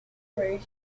range